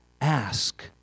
ask